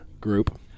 group